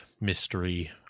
mystery